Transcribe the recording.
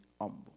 humble